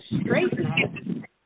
straighten